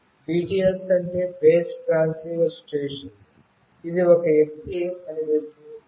BTS అంటే base transceiver station ఇది ఒక వ్యక్తి అని మీరు చూస్తారు